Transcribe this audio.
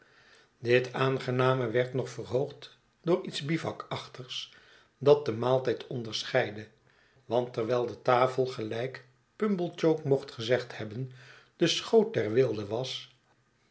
dit aangename werd nog verhoogd door iets bivouakachtigs dat den maaltijd onderscheidde want terwijl de tafel gelijk pumblechook mocht gezegd hebben de schoot der weelde was